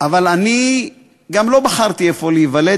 אבל אני גם לא בחרתי איפה להיוולד,